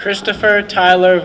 christopher tyler